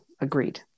Agreed